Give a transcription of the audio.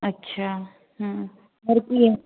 अच्छा और ये